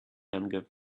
anger